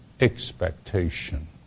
expectation